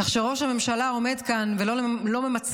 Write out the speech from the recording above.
כך שראש הממשלה עומד כאן ולא ממצמץ,